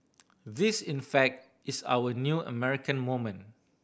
this in fact is our new American moment